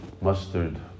mustard